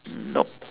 nope